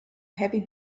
heavy